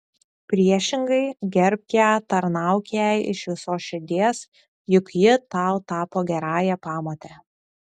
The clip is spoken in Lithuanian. priešingai gerbk ją tarnauk jai iš visos širdies juk ji tau tapo gerąja pamote